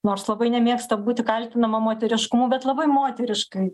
nors labai nemėgsta būti kaltinama moteriškumu bet labai moteriškai